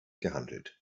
gehandelt